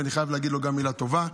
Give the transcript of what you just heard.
ואני חייב להגיד לו גם מילה טובה,